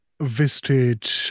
visited